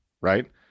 right